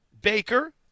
Baker